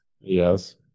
Yes